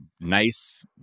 nice